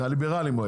מהליברלים.